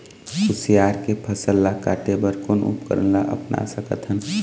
कुसियार के फसल ला काटे बर कोन उपकरण ला अपना सकथन?